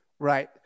Right